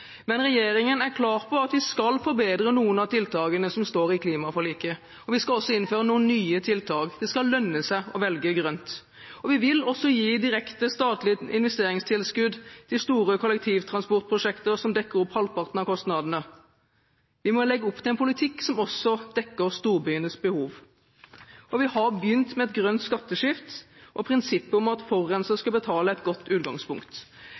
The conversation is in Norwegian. Men regjeringen er klar på at vi skal forbedre noen av tiltakene som står i klimaforliket, og vi skal også innføre noen nye tiltak – det skal lønne seg å velge grønt. Vi vil også gi direkte statlige investeringstilskudd til store kollektivtransportprosjekter som dekker opp halvparten av kostnadene. Vi må legge opp til en politikk som også dekker storbyenes behov. Vi har begynt med et grønt skatteskifte og prinsippet om at forurenser skal betale, er et godt utgangspunkt.